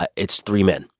ah it's three men.